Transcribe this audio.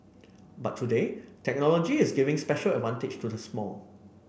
but today technology is giving special advantage to the small